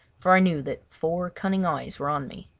for i knew that four cunning eyes were on me.